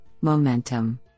momentum